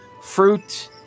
fruit